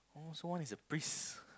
this one is a breeze